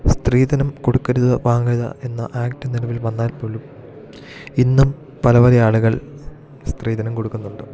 സ്ത്രീധനം കൊടുക്കരുത് വാങ്ങരുത് എന്ന ആക്റ്റ് നിലവിൽ വന്നാൽപ്പോലും ഇന്നും പല പല ആളുകൾ സ്ത്രീധനം കൊടുക്കുന്നുണ്ട്